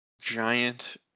giant